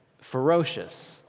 ferocious